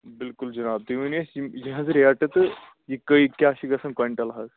بالکُل جناب تُہۍ ؤنو اسہِ یہِ حظ ریٹہٕ تہٕ یہِ کٕے کیاہ چھ گژھان کۄینٹل حظ